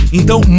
então